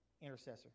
Intercessor